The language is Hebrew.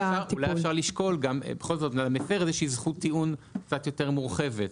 אולי אפשר לשקול בכל זאת למפר איזה שהיא זכות טיעון קצת יותר מורחבת,